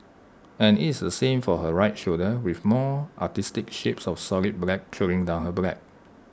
and IT is the same for her right shoulder with more artistic shapes of solid black trailing down her black